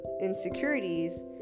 insecurities